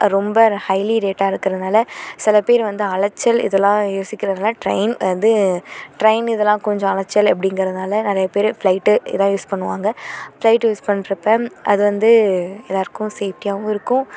ரொம்ப ஹையிலி ரேட்டாக இருக்கிறதுனால சில பேர் வந்து அலைச்சல் இதெல்லாம் யோசிக்கிறதுனால ட்ரெயின் வந்து ட்ரெயின் இதெல்லாம் கொஞ்சம் அலைச்சல் அப்படிங்கிறதுனால நிறையா பேர் ஃப்ளைட்டு இதான் யூஸ் பண்ணுவாங்க ஃப்ளைட்டு யூஸ் பண்ணுறப்ப அது வந்து எல்லோருக்கும் சேஃப்டியாகவும் இருக்கும்